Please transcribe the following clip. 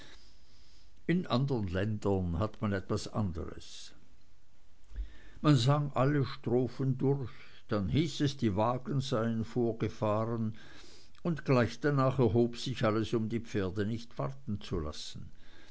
in anderen ländern hat man was anderes man sang alle strophen durch dann hieß es die wagen seien vorgefahren und gleich danach erhob sich alles um die pferde nicht warten zu lassen